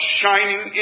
shining